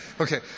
Okay